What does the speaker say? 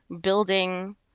building